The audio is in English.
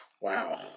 Wow